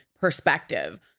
perspective